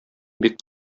бик